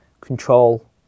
control